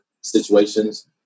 situations